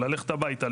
ללכת הביתה,